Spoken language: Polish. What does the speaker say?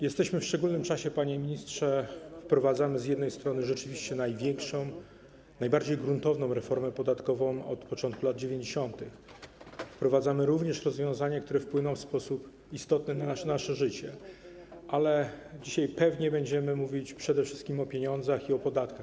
Jesteśmy w szczególnym czasie, panie ministrze, bo wprowadzamy rzeczywiście największą, najbardziej gruntowną reformę podatkową od początku lat 90., wprowadzamy również rozwiązania, które wpłyną w sposób istotny na nasze życie, ale dzisiaj pewnie będziemy mówić przede wszystkim o pieniądzach i o podatkach.